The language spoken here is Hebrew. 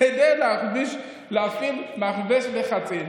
כדי להפעיל מכבש לחצים,